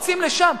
רצים לשם.